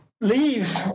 leave